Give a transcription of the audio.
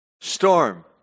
storm